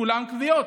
כולם כוויות,